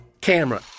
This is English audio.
camera